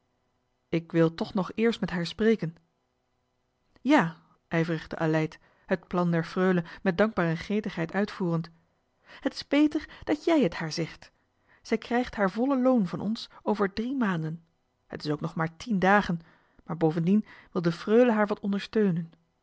ik wil toch nog eerst met haar spreken ja ijverigde aleid het plan der freule met dankbare gretigheid uitvoerend het is beter dat jij het haar zegt ze krijgt haar volle loon van ons over drie maanden het is ook nog maar tien dagen maar bovendien wil de freule haar wat ondersteunen